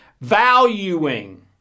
valuing